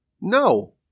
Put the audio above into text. No